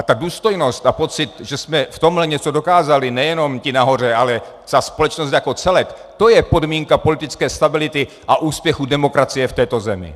A ta důstojnost a pocit, že jsme v tomhle něco dokázali, nejenom ti nahoře, ale celá společnost jako celek, to je podmínka politické stability a úspěchu demokracie v této zemi.